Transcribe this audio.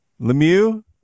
Lemieux